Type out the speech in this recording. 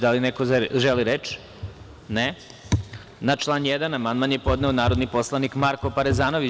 Da li neko želi reč? (Ne.) Na član 1. amandman je podneo narodni poslanik Marko Parezanović.